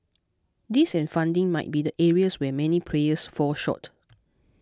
this and funding might be the areas where many players fall short